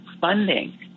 funding